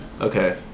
Okay